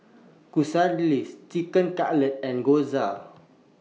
Quesadillas Chicken Cutlet and Gyoza